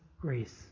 grace